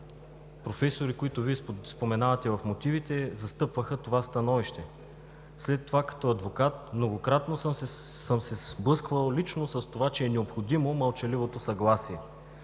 професори, които Вие споменавате в мотивите, застъпваха това становище. След това като адвокат многократно съм се сблъсквал лично с това, че е необходимо мълчаливото съгласие.